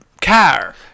car